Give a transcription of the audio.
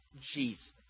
Jesus